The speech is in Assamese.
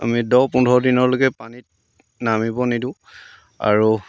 আমি দহ পোন্ধৰ দিনলৈকে পানীত নামিব নিদিওঁ আৰু